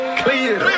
clear